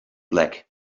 black